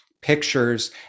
pictures